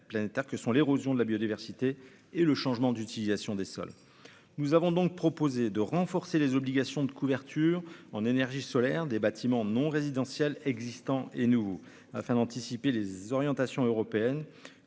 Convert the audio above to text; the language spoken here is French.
planétaires que sont l'érosion de la biodiversité et le changement d'utilisation des sols, nous avons donc proposé de renforcer les obligations de couverture en énergie solaire des bâtiments non résidentiels existants et nous afin d'anticiper les orientations européennes